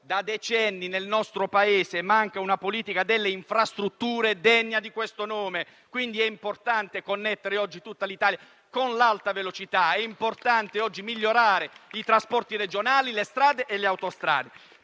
Da decenni nel nostro Paese manca una politica delle infrastrutture degna di questo nome. È importante connettere oggi tutta l'Italia con l'Alta velocità. È importante oggi migliorare i trasporti regionali, le strade e le autostrade.